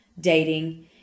dating